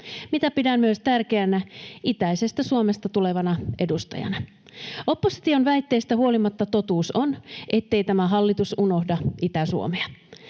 mitä pidän tärkeänä myös itäisestä Suomesta tulevana edustajana. Opposition väitteistä huolimatta totuus on, ettei tämä hallitus unohda Itä-Suomea.